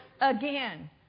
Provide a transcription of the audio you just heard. again